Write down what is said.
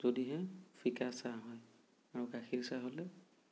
যদিহে ফিকা চাহ হয় আৰু গাখীৰ চাহ হ'লে